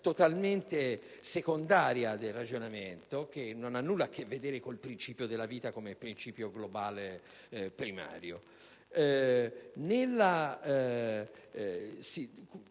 totalmente secondaria del ragionamento che non ha nulla a che vedere con il principio della vita come principio globale primario. Si